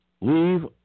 Leave